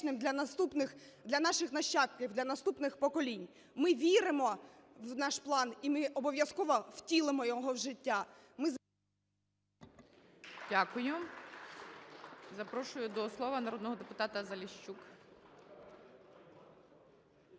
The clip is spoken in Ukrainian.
Дякую. Я запрошую до слова народного депутата Тетерука.